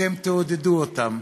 אתם תעודדו אותן.